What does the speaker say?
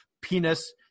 penis